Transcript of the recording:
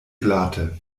glate